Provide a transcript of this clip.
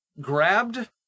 grabbed